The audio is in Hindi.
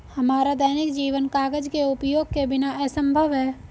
हमारा दैनिक जीवन कागज के उपयोग के बिना असंभव है